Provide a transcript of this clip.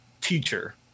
teacher